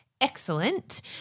excellent